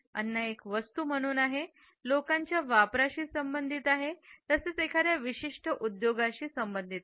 अन्न एक वस्तू म्हणून आहे लोकांच्या वापराशी संबंधित तसेच एखाद्या विशिष्ट उद्योगाशी संबंधित आहे